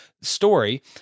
story